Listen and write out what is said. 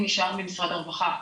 נשאר במשרד הרווחה.